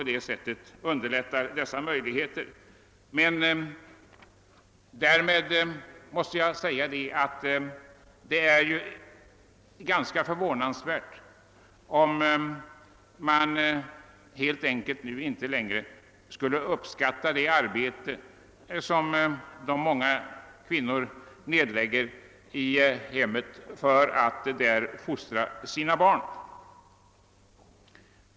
Däremot skulle det vara förvånansvärt, om man inte längre skulle uppskatta det arbete som så många kvinnor nedlägger i hemmet för att fostra sina barn.